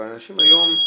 אבל אנשים היום,